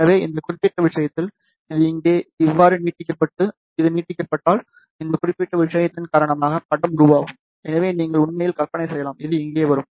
எனவே அந்த குறிப்பிட்ட விஷயத்தில் இது இங்கே இவ்வாறு நீட்டிக்கப்பட்டு இது நீட்டிக்கப்பட்டால் இந்த குறிப்பிட்ட விஷயத்தின் காரணமாக படம் உருவாகும் என்று நீங்கள் உண்மையில் கற்பனை செய்யலாம் அது இங்கே வரும்